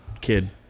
kid